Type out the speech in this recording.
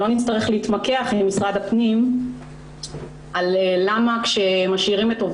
שלא נצטרך להתמקח עם משרד הפנים על למה כשמשאירים רק 45%